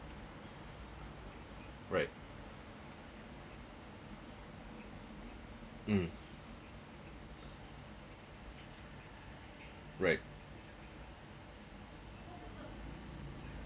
right mm right